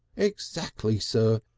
exactly, sir.